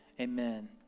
Amen